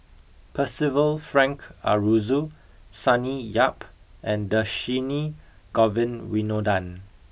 Percival Frank Aroozoo Sonny Yap and Dhershini Govin Winodan